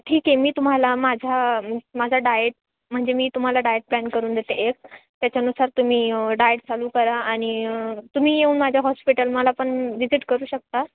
ठीक आहे मी तुम्हाला माझा माझा डाएट म्हणजे मी तुम्हा ला डाएट प्लॅन करून देते एक त्याच्यानुसार तुम्ही डाएट चालू करा आणि तुम्ही येऊन माझ्या हॉस्पिटल मला पण व्हिजिट करू शकता